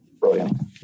Brilliant